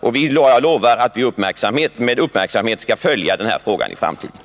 Jag lovar att vi med uppmärksamhet skall följa frågan i framtiden.